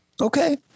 okay